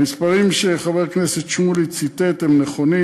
המספרים שחבר הכנסת שמולי ציטט הם נכונים.